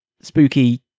spooky